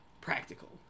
practical